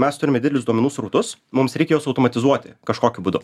mes turime didelius duomenų srautus mums reikia juos automatizuoti kažkokiu būdu